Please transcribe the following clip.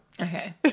Okay